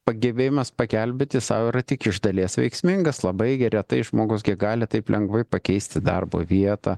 pagebėjimas pagelbėti sau yra tik iš dalies veiksmingas labai gi retai žmogus gi gali taip lengvai pakeisti darbo vietą